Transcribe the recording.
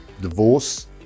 divorce